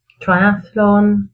triathlon